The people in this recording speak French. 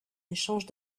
échange